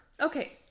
Okay